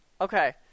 Okay